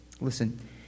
listen